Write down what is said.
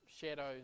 shadows